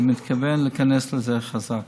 אני מתכוון להיכנס לזה חזק,